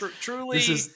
truly